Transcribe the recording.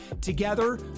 Together